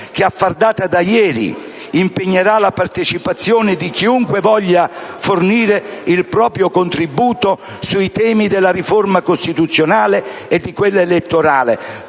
che, a far data da ieri, impegnerà la partecipazione di chiunque voglia fornire il proprio contributo sui temi della riforma costituzionale e di quella elettorale,